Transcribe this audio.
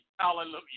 Hallelujah